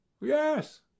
Yes